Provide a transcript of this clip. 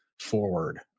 forward